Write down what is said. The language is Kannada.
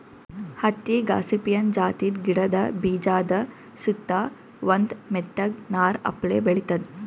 ಹತ್ತಿ ಗಾಸಿಪಿಯನ್ ಜಾತಿದ್ ಗಿಡದ ಬೀಜಾದ ಸುತ್ತಾ ಒಂದ್ ಮೆತ್ತಗ್ ನಾರ್ ಅಪ್ಲೆ ಬೆಳಿತದ್